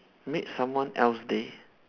made someone else day